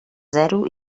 zero